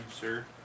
sir